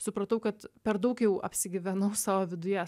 supratau kad per daug jau apsigyvenau savo viduje